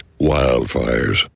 wildfires